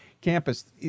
campus